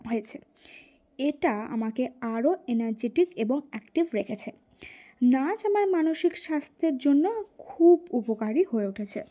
হয়েছে এটা আমাকে আরও এনার্জেটিক এবং অ্যাক্টিভ রেখেছে নাচ আমার মানসিক স্বাস্থ্যের জন্য খুব উপকারী হয়ে উঠেছে